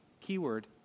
keyword